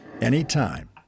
anytime